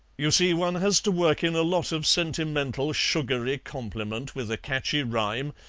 you see, one has to work in a lot of sentimental, sugary compliment with a catchy rhyme,